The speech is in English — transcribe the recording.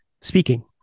speaking